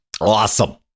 Awesome